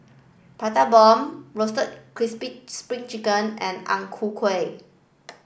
prata bomb roasted crispy spring chicken and Ang Ku Kueh